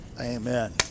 Amen